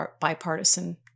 bipartisan